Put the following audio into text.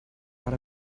out